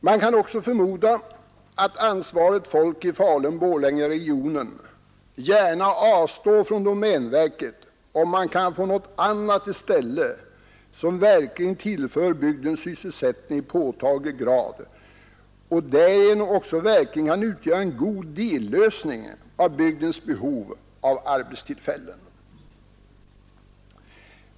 Man kan också förmoda att ansvarigt folk i Falun-Borlängeregionen gärna avstår från domänverket, om man kan få något annat i stället som verkligen tillför bygden sysselsättning i påtaglig grad och därigenom också kan utgöra en god dellösning av bygdens behov av arbetstillfällen.